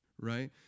right